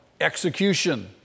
Execution